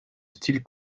style